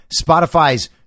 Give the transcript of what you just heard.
Spotify's